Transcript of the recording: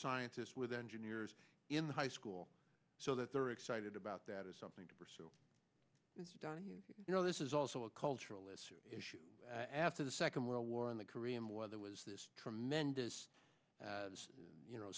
scientists with engineers in the high school so that they're excited about that is something to pursue you know this is also a cultural issue issue after the second world war in the korean war there was this tremendous you know